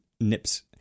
nips